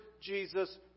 Jesus